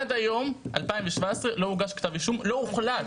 עד היום מ-2017 לא הוגש כתב אישום, לא הוחלט.